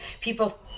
people